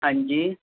ਹਾਂਜੀ